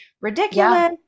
ridiculous